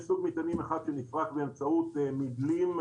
יש סוג מטענים אחד שנפרק באמצעות מדלים,